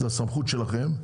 זו הסמכות שלכם,